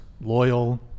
loyal